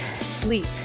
sleep